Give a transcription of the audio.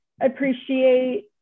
appreciate